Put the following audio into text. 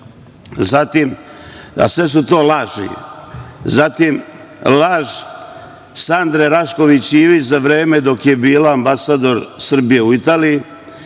znaju, sve su to laži. Zatim, laž Sande Rašković Ivić za vreme dok je bila ambasador Srbije u Italiji